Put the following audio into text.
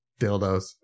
dildos